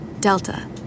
Delta